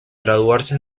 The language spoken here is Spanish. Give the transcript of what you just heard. graduarse